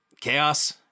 Chaos